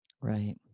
Right